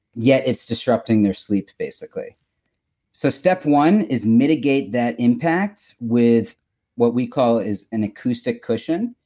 yet it's disrupting their sleeps, basically so, step one is mitigate that impact with what we call is an acoustic cushion.